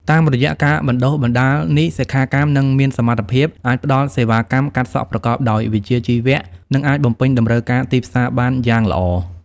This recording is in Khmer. តាមរយៈការបណ្តុះបណ្តាលនេះ សិក្ខាកាមនឹងមានសមត្ថភាពអាចផ្តល់សេវាកម្មកាត់សក់ប្រកបដោយវិជ្ជាជីវៈ និងអាចបំពេញតម្រូវការទីផ្សារបានយ៉ាងល្អ។